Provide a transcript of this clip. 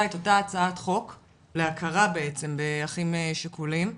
את אותה הצעת חוק להכרה בעצם באחים שכולים,